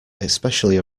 especially